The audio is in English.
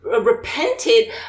repented